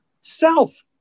Self